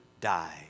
die